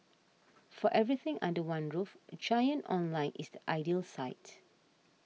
for everything under one roof Giant Online is the ideal site